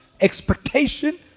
expectation